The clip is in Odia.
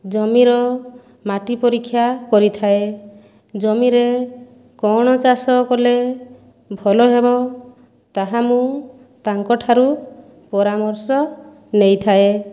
ଜମିର ମାଟି ପରୀକ୍ଷା କରିଥାଏ ଜମିରେ କ'ଣ ଚାଷ କଲେ ଭଲ ହେବ ତାହା ମୁଁ ତାଙ୍କ ଠାରୁ ପରାମର୍ଶ ନେଇଥାଏ